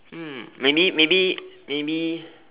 um maybe maybe maybe